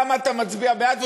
למה אתה מצביע בעד?